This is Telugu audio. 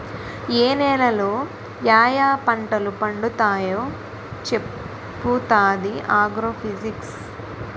ఏ నేలలో యాయా పంటలు పండుతావో చెప్పుతాది ఆగ్రో ఫిజిక్స్